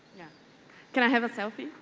can i have a selfie?